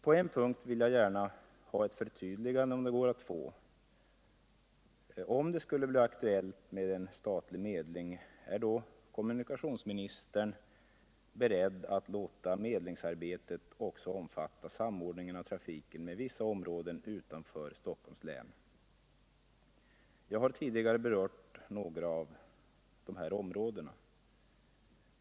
På en punit vill jag gärna ha ett förtydligande, om det går att få. Om det skulle bli aktuellt med en statlig medling, är då kommunikationsministern beredd att låta medlingsarbetet också omfatta samordningen av trafiken med vissa områden utanför Stockholms län? Jag har tidigare berört några av dessa områden.